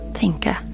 tänka